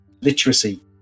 literacy